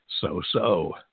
so-so